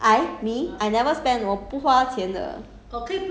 不知道可不可以这样